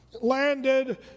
landed